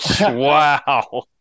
Wow